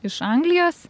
iš anglijos